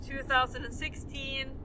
2016